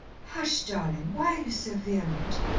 hush, darling! why are you so vehement?